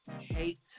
Hate